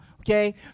okay